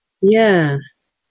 Yes